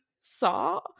saw